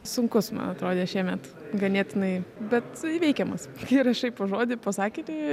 sunkus man atrodė šiemet ganėtinai bet įveikiamas kai rašai po žodį po sakinį